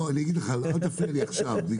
אל תפריע לי עכשיו כי